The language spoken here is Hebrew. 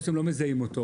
אולי שאתם לא מזהים אותו.